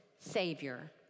savior